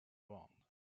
round